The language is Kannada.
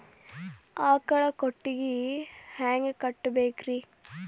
ಆಕಳ ಕೊಟ್ಟಿಗಿ ಹ್ಯಾಂಗ್ ಕಟ್ಟಬೇಕ್ರಿ?